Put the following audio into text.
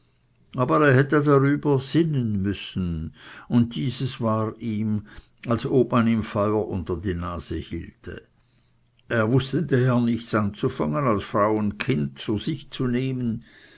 aber er hätte darüber sinnen müssen und dieses war ihm als ob man ihm feuer unter die nase hielt er wußte daher nichts anzufangen als frau und kinder zu sich zu nehmen